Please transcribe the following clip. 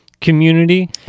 community